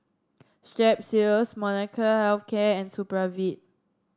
Strepsils Molnylcke Health Care and Supravit